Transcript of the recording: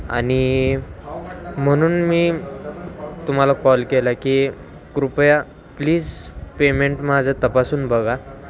आणि म्हणून मी तुम्हाला कॉल केला की कृपया प्लीज पेमेंट माझं तपासून बघा